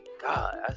God